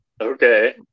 Okay